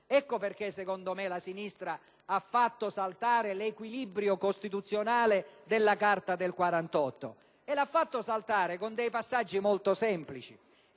Ecco perché, secondo me, la sinistra ha fatto saltare l'equilibrio costituzionale della Carta del 1948. E l'ha fatto saltare con alcuni passaggi molto semplici.